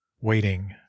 waiting